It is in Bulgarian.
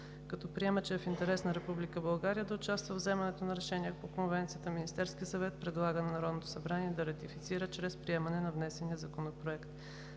Като приема, че е в интерес на Република България да участва във вземането на решения по Конвенцията, Министерският съвет предлага на Народното събрание да я ратифицира чрез приемане на внесения законопроект.